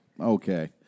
Okay